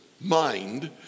mind